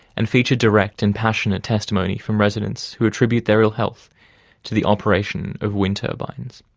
and feature direct and passionate testimony from residents who attribute their ill-health to the operation of wind turbines.